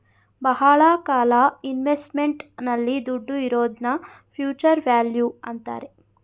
ಬಹಳ ಕಾಲ ಇನ್ವೆಸ್ಟ್ಮೆಂಟ್ ನಲ್ಲಿ ದುಡ್ಡು ಇರೋದ್ನ ಫ್ಯೂಚರ್ ವ್ಯಾಲ್ಯೂ ಅಂತಾರೆ